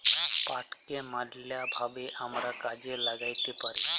পাটকে ম্যালা ভাবে আমরা কাজে ল্যাগ্যাইতে পারি